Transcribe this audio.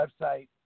website